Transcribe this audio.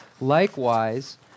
Likewise